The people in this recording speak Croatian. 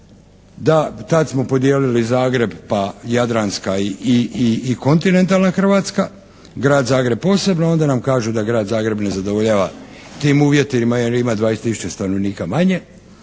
da tad smo podijelili Zagreb pa jadranska i kontinentalna Hrvatska, Grad Zagreb posebno onda nam kažu da Grad Zagreb ne zadovoljava tim uvjetima jer ima 20 tisuća stanovnika manje